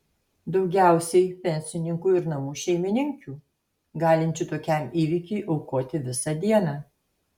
daugiausiai pensininkų ir namų šeimininkių galinčių tokiam įvykiui aukoti visą dieną